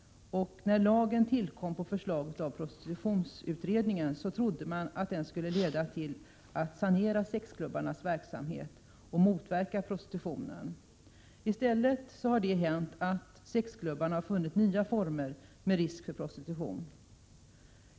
När lagen tillkom på förslag av prostitutionsutredningen trodde man att den skulle bidra till att sanera sexklubbarnas verksamhet och motverka prostitution. I stället har sexklubbarna funnit nya former med risk för prostitution.